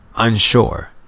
unsure